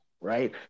right